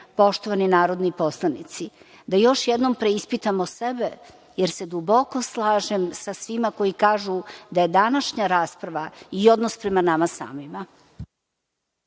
poštovani narodni poslanici, da još jednom preispitamo sebe, jer se duboko slažem sa svima koji kažu da je današnja rasprava i odnos prema nama samima.